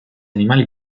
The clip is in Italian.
animali